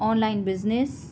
online business